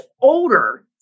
older